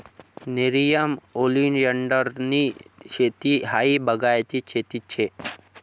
नेरियन ओलीएंडरनी शेती हायी बागायती शेती शे